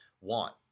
want